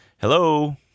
hello